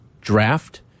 draft